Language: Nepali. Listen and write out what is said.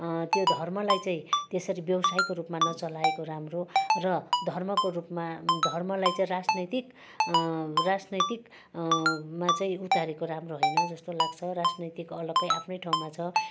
त्यो धर्मलाई चाहिँ त्यसरी व्यवसायको रूपमा नचलाएको राम्रो र धर्मको रूपमा धर्मलाई चाहिँ राजनैतिक राजनैतिक मा चाहिँ उतारेको राम्रो होइन जस्तो लाग्छ राजनैतिक अलग्गै आफ्नै ठाउँमा छ